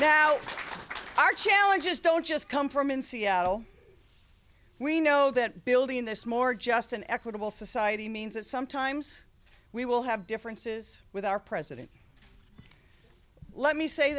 now our challenges don't just come from in seattle we know that building this more just an equitable society means that sometimes we will have differences with our president let me say